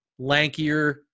lankier